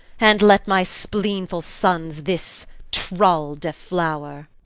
and let my spleenful sons this trull deflower.